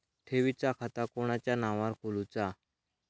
ठेवीचा खाता कोणाच्या नावार खोलूचा?